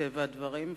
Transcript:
מטבע הדברים,